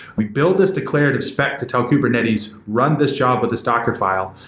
we build this declarative spec to tell kubernetes run this job with this docker file,